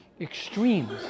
extremes